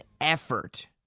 effort